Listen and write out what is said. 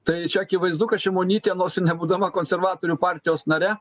tai čia akivaizdu kad šimonytė nors ir nebūdama konservatorių partijos nare